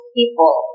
people